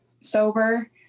sober